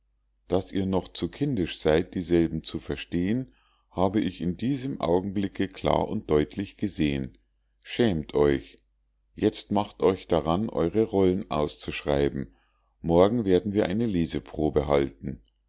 daß ihr noch zu kindisch seid dieselben zu verstehen habe ich in diesem augenblicke klar und deutlich gesehen schämt euch jetzt macht euch daran eure rollen auszuschreiben morgen werden wir eine leseprobe halten